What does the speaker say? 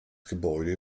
gebäude